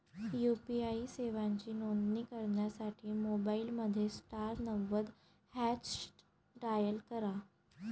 UPI सेवांची नोंदणी करण्यासाठी मोबाईलमध्ये स्टार नव्वद हॅच डायल करा